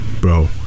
bro